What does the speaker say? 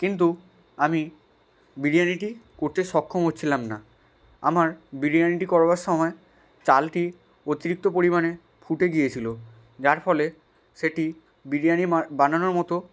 কিন্তু আমি বিরিয়ানিটি করতে সক্ষম হচ্ছিলাম না আমার বিরিয়ানিটি করবার সময়ে চালটি অতিরিক্ত পরিমানে ফুটে গিয়েছিলো যার ফলে সেটি বিরিয়ানি বানানোর মতো